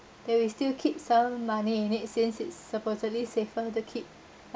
that we still keep some money in it since it's supposedly safer to keep